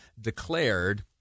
declared